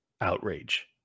outrage